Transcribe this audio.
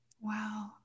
Wow